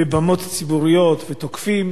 בבמות ציבוריות, ותוקפים